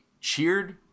cheered